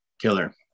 Killer